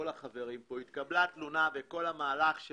המהלך של